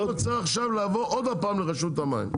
למה צריך עכשיו לבוא עוד פעם לרשות המים?